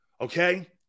Okay